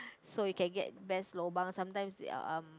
so you can get best lobang sometimes uh um